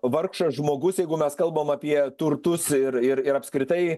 vargšas žmogus jeigu mes kalbam apie turtus ir ir ir apskritai